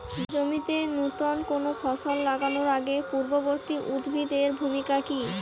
জমিতে নুতন কোনো ফসল লাগানোর আগে পূর্ববর্তী উদ্ভিদ এর ভূমিকা কি?